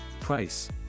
Price –